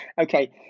Okay